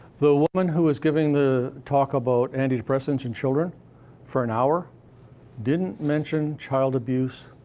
the woman who was giving the talk about anti-depressants in children for an hour didn't mention child abuse,